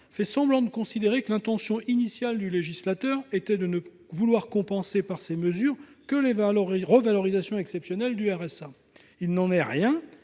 fait semblant de considérer que l'intention initiale du législateur était de ne vouloir compenser par ces mesures que les revalorisations exceptionnelles du RSA. Il n'en est rien